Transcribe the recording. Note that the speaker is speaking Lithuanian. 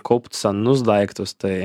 kaupt senus daiktus tai